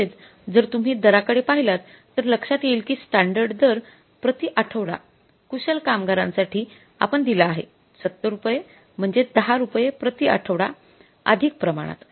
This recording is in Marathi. तसेच जर तुम्ही दराकडे पाहिलात तर लक्ष्यात येईल कि स्टॅंडर्ड दर प्रति आठवडा कुशल कामगारांसाठी आपण दिला आहे ७० रुपये म्हणजेच १० रुपये प्रति आठवडा अधिक प्रमाणात